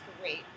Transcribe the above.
great